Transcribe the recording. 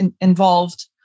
involved